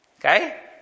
Okay